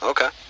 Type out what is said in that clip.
Okay